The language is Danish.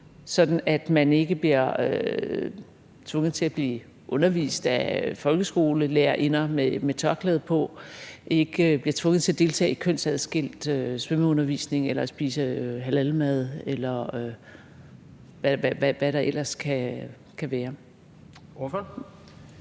at man ikke bliver tvunget til at blive undervist af folkeskolelærerinder med tørklæde på, til at deltage i kønsadskilt svømmeundervisning, til at spise halalmad, eller hvad der ellers kan være. Kl.